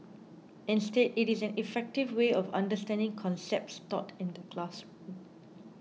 instead it is an effective way of understanding concepts taught in the classroom